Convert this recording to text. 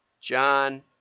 John